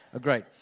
great